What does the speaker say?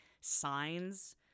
Signs